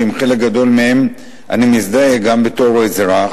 ועם חלק גדול מהם אני מזדהה גם בתור אזרח